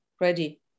ready